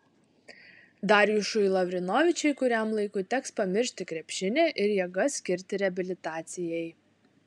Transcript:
darjušui lavrinovičiui kuriam laikui teks pamiršti krepšinį ir jėgas skirti reabilitacijai